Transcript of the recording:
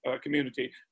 community